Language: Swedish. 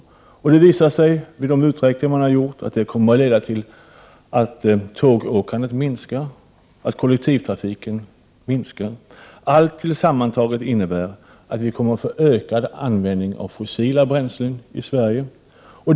De uträkningar som man har gjort visar att det kommer att leda till att tågåkandet minskar, att 95 Prot. 1988/89:129 kollektivtrafiken minskar. Allt sammantaget innebär att vi kommer att få ökad användning av fossila bränslen i Sverige.